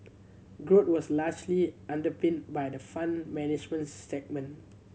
growth was largely underpinned by the Fund Management segment